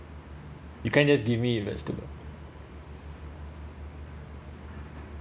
you can just give me that too